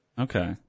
Okay